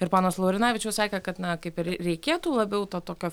ir ponas laurinavičius sakė kad na kaip ir reikėtų labiau tokio